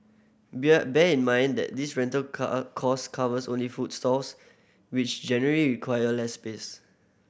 bear band in mind that this rental cost covers only food stalls which generally require less space